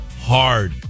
Hard